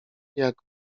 jak